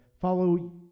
follow